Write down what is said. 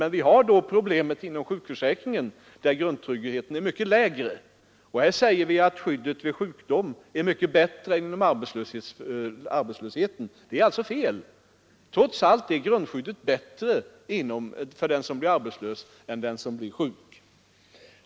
Men vi har då problemet inom sjukförsäkringen, där grundtryggheten är mycket lägre. Här sägs att skyddet vid sjukdom är mycket bättre än vid arbetslöshet. Det är alltså fel; trots allt är grundskyddet bättre för den som blir arbetslös än för den som blir sjuk.